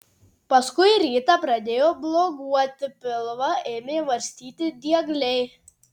paskui rytą pradėjo bloguoti pilvą ėmė varstyti diegliai